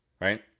right